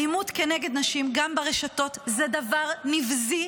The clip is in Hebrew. אלימות כנגד נשים גם ברשתות הוא דבר נבזי,